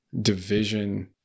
division